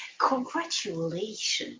congratulations